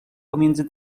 pomiędzy